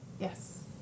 yes